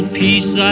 peace